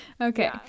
Okay